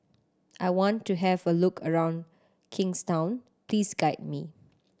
I want to have a look around Kingstown please guide me